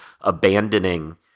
abandoning